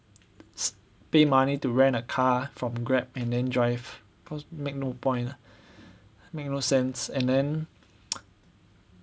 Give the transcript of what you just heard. pay money to rent a car from Grab and then drive cause make no point lah make no sense and then